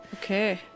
Okay